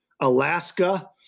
Alaska